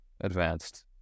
advanced